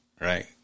Right